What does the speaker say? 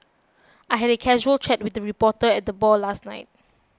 I had a casual chat with a reporter at the bar last night